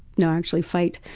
not actually fight.